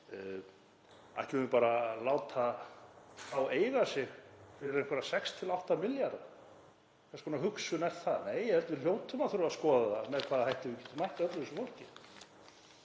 Ætlum við að láta þá eiga sig fyrir einhverja 6–8 milljarða? Hvers konar hugsun er það? Ég held að við hljótum að þurfa að skoða með hvaða hætti við getum mætt öllu þessu fólki.